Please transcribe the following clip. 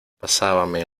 pasábame